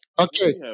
Okay